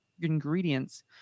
ingredients